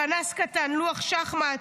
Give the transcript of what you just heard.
פנס קטן, לוח שחמט.